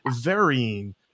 varying